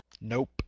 Nope